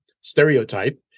stereotype